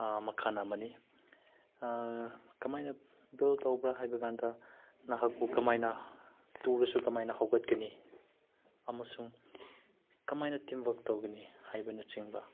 ꯃꯈꯜ ꯑꯃꯅꯤ ꯀꯃꯥꯏꯅ ꯕꯨꯏꯜ ꯇꯧꯕ꯭ꯔꯥ ꯍꯥꯏꯕꯀꯥꯟꯗ ꯅꯍꯥꯛꯄꯨ ꯀꯃꯥꯏꯅ ꯇꯨꯔꯁꯨ ꯀꯃꯥꯏꯅ ꯍꯧꯒꯠꯀꯅꯤ ꯑꯃꯁꯨꯡ ꯀꯃꯥꯏꯅ ꯇꯤꯝ ꯋꯥꯛ ꯇꯧꯒꯅꯤ ꯍꯥꯏꯕꯅꯆꯤꯡꯕ